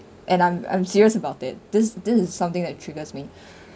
and I'm I'm serious about it this this is something that triggers me